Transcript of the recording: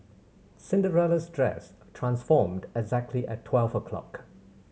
Cinderella's dress transformed exactly at twelve o'clock